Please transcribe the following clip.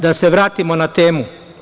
Da se vratimo na temu.